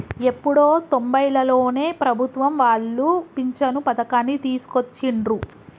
ఎప్పుడో తొంబైలలోనే ప్రభుత్వం వాళ్ళు పించను పథకాన్ని తీసుకొచ్చిండ్రు